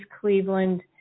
Cleveland